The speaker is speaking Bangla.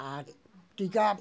আর টিকা